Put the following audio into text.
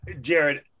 Jared